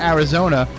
Arizona